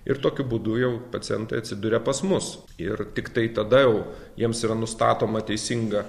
ir tokiu būdu jau pacientai atsiduria pas mus ir tiktai tada jau jiems yra nustatoma teisinga